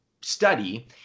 study